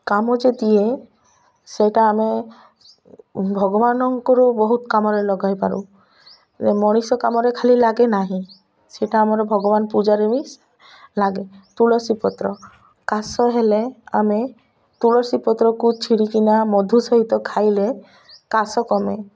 କାମ ଯେ ଦିଏ ସେଇଟା ଆମେ ଭଗବାନଙ୍କର ବହୁତ କାମରେ ଲଗାଇ ପାରୁ ମଣିଷ କାମରେ ଖାଲି ଲାଗେ ନାହିଁ ସେଇଟା ଆମର ଭଗବାନ ପୂଜାରେ ବି ଲାଗେ ତୁଳସୀ ପତ୍ର କାଶ ହେଲେ ଆମେ ତୁଳସୀ ପତ୍ରକୁ ଚିରିକିନା ମଧୁ ସହିତ ଖାଇଲେ କାଶ କମେ